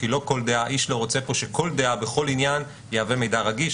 כי איש לא רוצה פה שכל דעה בכל עניין תהווה מידע רגיש.